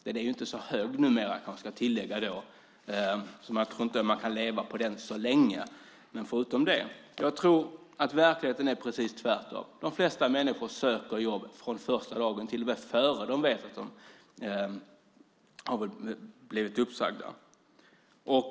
Den är inte så hög numera, kanske man ska tillägga, så jag tror inte att man kan leva på den så länge, men ändå. Jag tror att det i verkligheten är precis tvärtom. De flesta människor söker jobb från första dagen, till och med innan de vet att de har blivit uppsagda.